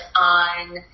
on